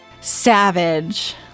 Savage